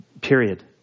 Period